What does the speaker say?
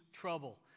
trouble